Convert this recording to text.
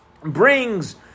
brings